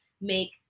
make